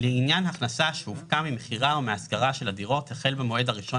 לעניין הכנסה שהופקה ממכירה או מהשכרה של הדירות החל במועד הראשון